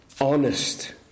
honest